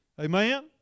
Amen